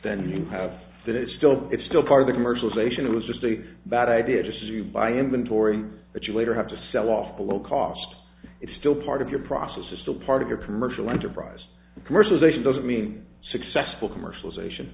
then you have that is still it's still part of the commercialization it was just a bad idea just to buy inventory but you later have to sell off the low cost it's still part of your process is still part of your commercial enterprise commercialization doesn't mean successful commercialization